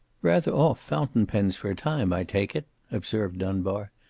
rather off fountain-pens for a time, i take it! observed dunbar.